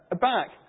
back